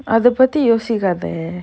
அது பத்தி யோசிகாதயே:athu pathi yosikaathayae